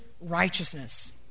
righteousness